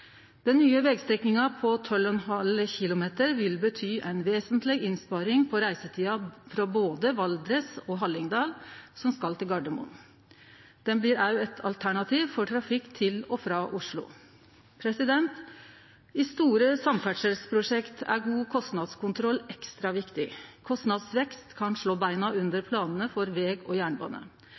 Den nye vegstrekninga på 12,5 km vil bety ei vesentleg innsparing på reisetida frå både Valdres og Hallingdal for trafikk som skal til Gardermoen. Ho blir òg eit alternativ for trafikk til og frå Oslo. I store samferdselsprosjekt er god kostnadskontroll ekstra viktig. Kostnadsvekst kan slå beina under planane for veg- og jernbane.